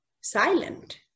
silent